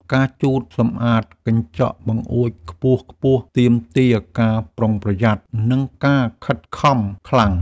ការជូតសម្អាតកញ្ចក់បង្អួចខ្ពស់ៗ ទាមទារការប្រុងប្រយ័ត្ន និងការខិតខំខ្លាំង។